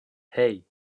hey